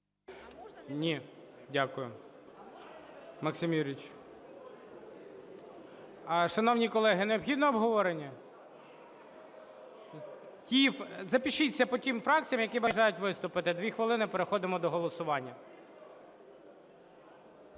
Ні. Дякую, Максим Юрійович. Шановні колеги, необхідно обговорення? Запишіться по тим фракціям, які бажають виступити, дві хвилини, переходимо до голосування.